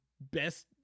best